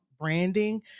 branding